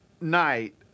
night